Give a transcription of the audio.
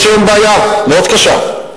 יש היום בעיה מאוד קשה.